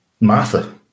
Martha